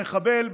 המחבל,